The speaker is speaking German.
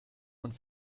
und